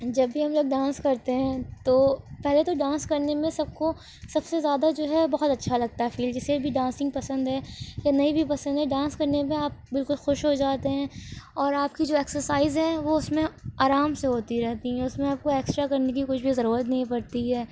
جب بھی ہم لوگ ڈانس کرتے ہیں تو پہلے تو ڈانس کرنے میں سب کو سب سے زیادہ جو ہے بہت اچھا لگتا ہے پھر جسے بھی ڈانسنگ پسند ہے یا نہیں بھی پسند ہے ڈانس کرنے پہ آپ بالکل خوش ہو جاتے ہیں اور آپ کی جو ایکسرسائز ہے وہ اس میں آرام سے ہوتی رہتی ہیں اس میں آپ کو ایکسٹرا کرنے کی کچھ بھی ضرورت نہیں پڑتی ہے